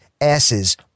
asses